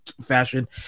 fashion